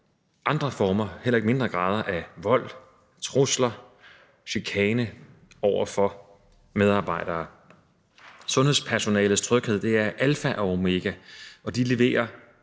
andre former for – heller ikke mindre grader af – vold, trusler, chikane over for medarbejdere. Sundhedspersonalets tryghed er alfa og omega, og de leverer